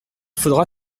faudra